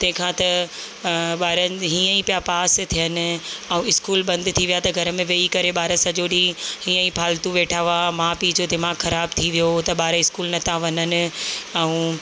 तंहिंखां त ॿारनि हीअं ई पिया पास थियनि ऐं स्कूल बंदि थी विया त घर में वेही करे ॿार सॼो ॾींहुं हीअं ई फालतू वेठा हुआ माउ पीउ जो दिमाग़ ख़राब थी वियो त ॿार स्कूल नथा वञनि ऐं